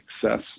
success